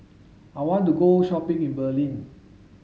I want to go shopping in Berlin